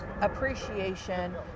appreciation